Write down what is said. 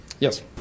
Yes